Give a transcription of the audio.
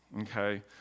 Okay